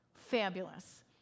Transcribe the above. fabulous